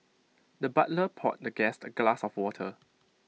the butler poured the guest A glass of water